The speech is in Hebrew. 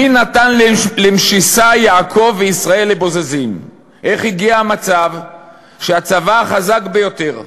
'מי נתן למשיסה יעקב וישראל לבזזים?' איך הגיע מצב שהצבא החזק ביותר,